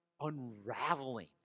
unraveling